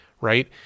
right